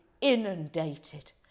inundated